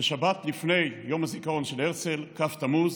בשבת לפני יום הזיכרון של הרצל, כ' בתמוז,